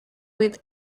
with